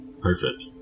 perfect